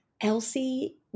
Elsie